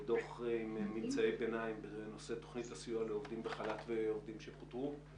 דוח עם ממצאי ביניים בנושא תוכנית הסיוע לעובדים בחל"ת ועובדים שפוטרו.